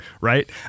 right